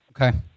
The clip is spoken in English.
Okay